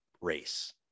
race